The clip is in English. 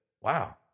wow